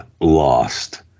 Lost